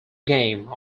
game